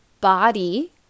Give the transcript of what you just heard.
body